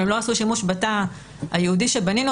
אם הם לא עשו שימוש בתא הייעודי שבנינו,